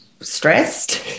stressed